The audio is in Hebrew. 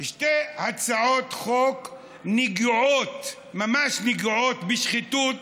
שתי הצעות חוק נגועות, ממש נגועות בשחיתות.